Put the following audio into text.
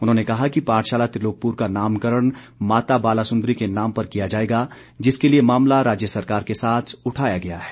उन्होंने कहा कि पाठशाला त्रिलोकपुर का नामकरण माता बाला सुंदरी के नाम पर किया जाएगा जिसके लिए मामला राज्य सरकार के साथ उठाया गया है